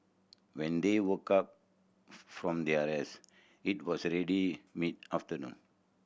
when they woke up from their rest it was already mid afternoon